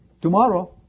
Tomorrow